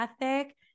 ethic